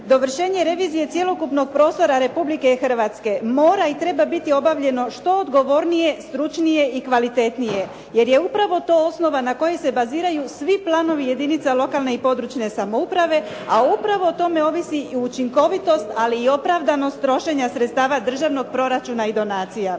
dovršenje revizije cjelokupnog prostora Republike Hrvatske mora i treba biti obavljeno što odgovornije, stručnije i kvalitetnije, jer je upravo to osnova na kojoj se baziraju svi planovi jedinica lokalne i područne samouprave, a upravo o tome ovisi i učinkovitost ali i opravdanost sredstava državnog proračuna i donacija.